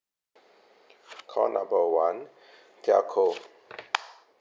call number one telco